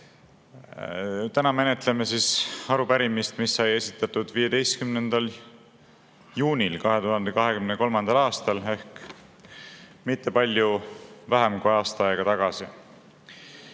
Täna menetleme arupärimist, mis sai esitatud 15. juunil 2023. aastal ehk mitte palju vähem kui aasta aega